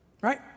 right